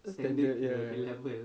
standard ya